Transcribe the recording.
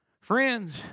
Friends